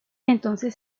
entonces